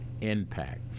impact